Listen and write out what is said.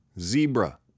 zebra